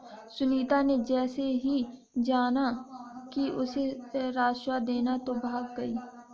सुनीता ने जैसे ही जाना कि उसे राजस्व देना है वो भाग गई